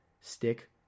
stick